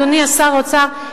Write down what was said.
אדוני שר האוצר,